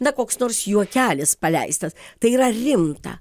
na koks nors juokelis paleistas tai yra rimta